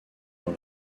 dans